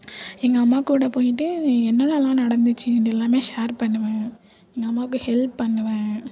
எங்கள் அம்மா கூட போய்ட்டு என்னென்னல்லாம் நடந்துச்சு இப்படி எல்லாமே ஷேர் பண்ணுவேன் எங்கள் அம்மாவுக்கு ஹெல்ப் பண்ணுவேன்